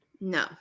no